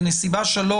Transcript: בנסיבה (3),